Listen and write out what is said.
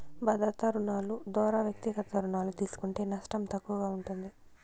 భద్రతా రుణాలు దోరా వ్యక్తిగత రుణాలు తీస్కుంటే నష్టం తక్కువగా ఉంటుంది